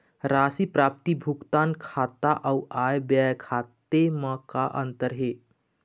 राशि प्राप्ति भुगतान खाता अऊ आय व्यय खाते म का अंतर हे?